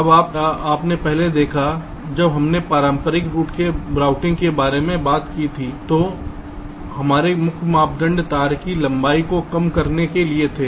अब आप पहले देखा की जब हमने पारंपरिक रूटिंग के बारे में बात की थी तो हमारे मुख्य मानदंड तार की लंबाई को कम करने के लिए थे